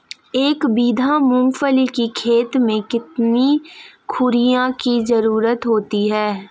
एक बीघा मूंगफली की खेती में कितनी यूरिया की ज़रुरत होती है?